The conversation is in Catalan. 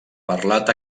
parlat